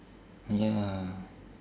ya